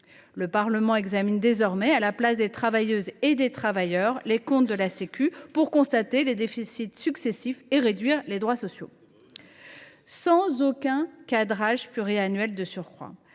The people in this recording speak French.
le Parlement examine désormais, à la place des travailleuses et des travailleurs, les comptes de la « sécu », pour constater les déficits successifs et pour réduire les droits sociaux, sans aucun cadrage pluriannuel de surcroît.